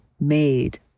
made